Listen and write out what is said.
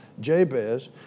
Jabez